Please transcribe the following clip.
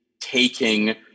taking